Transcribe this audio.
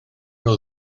nhw